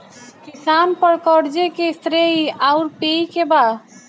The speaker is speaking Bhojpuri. किसान पर क़र्ज़े के श्रेइ आउर पेई के बा?